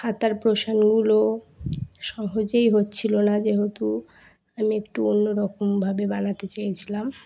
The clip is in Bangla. খাতার পোর্শানগুলো সহজেই হচ্ছিলো না যেহেতু আমি একটু অন্যরকমভাবে বানাতে চেয়েছিলাম